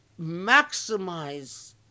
maximize